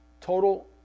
Total